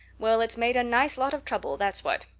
well, it's made a nice lot of trouble, that's what.